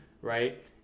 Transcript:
right